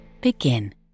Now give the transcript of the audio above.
Begin